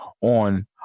on